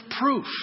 proof